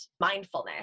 mindfulness